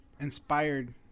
inspired